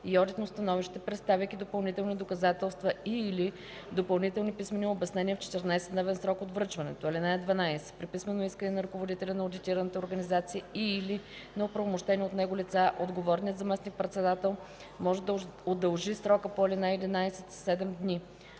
и одитно становище, предоставяйки допълнителни доказателства и/или допълнителни писмени обяснения в 14-дневен срок от връчването. (12) При писмено искане на ръководителя на одитираната организация и/или на оправомощени от него лица отговорният заместник-председател може да удължи срока по ал. 11 със 7 дни.